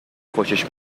خوشش